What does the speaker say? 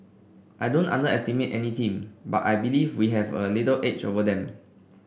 I don't underestimate any team but I believe we have a little edge over them